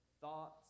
thoughts